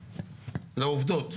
לעובדות,